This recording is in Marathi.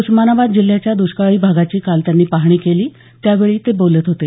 उस्मानाबाद जिल्ह्याच्या दृष्काळी भागाची काल त्यांनी पाहणी केली त्यावेळी ते बोलत होते